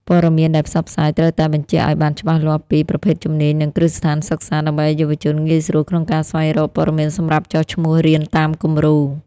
ព័ត៌មានដែលផ្សព្វផ្សាយត្រូវតែបញ្ជាក់ឱ្យបានច្បាស់លាស់ពី «ប្រភេទជំនាញ និងគ្រឹះស្ថានសិក្សា» ដើម្បីឱ្យយុវជនងាយស្រួលក្នុងការស្វែងរកព័ត៌មានសម្រាប់ចុះឈ្មោះរៀនតាមគំរូ។